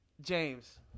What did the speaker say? James